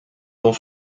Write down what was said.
dont